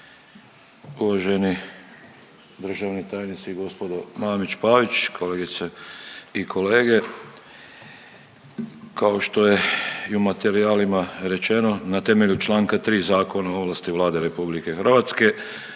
Uvaženi državni tajnici i gospodo Mamić Pavić, kolegice i kolege. Kao što je i u materijalima rečeno na temelju čl. 3. Zakona o ovlasti Vlade RH da